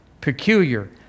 peculiar